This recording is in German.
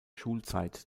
schulzeit